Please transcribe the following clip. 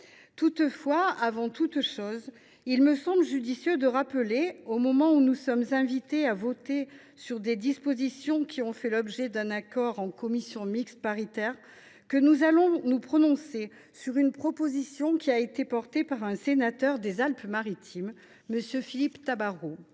Néanmoins, avant toute chose, il me semble judicieux de rappeler, au moment où nous sommes invités à voter sur des dispositions qui ont fait l’objet d’un accord en commission mixte paritaire, que nous allons nous prononcer sur une proposition de loi déposée par un sénateur des Alpes Maritimes, M. Philippe Tabarot,